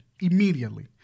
immediately